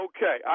Okay